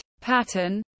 pattern